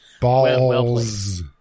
Balls